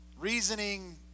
Reasoning